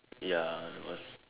ya it was